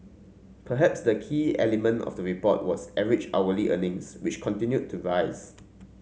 perhaps the key element of the report was average hourly earnings which continued to rise